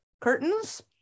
curtains